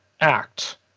act